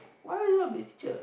why you want mixture